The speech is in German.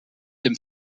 dem